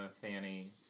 fanny